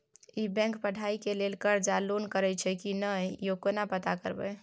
ई bank पढ़ाई के लेल कर्ज आ लोन करैछई की नय, यो केना पता करबै?